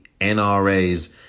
NRA's